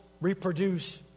reproduce